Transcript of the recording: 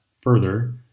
further